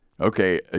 Okay